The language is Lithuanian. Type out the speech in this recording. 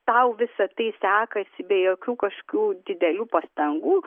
tau visa tai sekasi be jokių kažkokių didelių pastangų